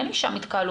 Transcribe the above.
אין לי שם התקהלות,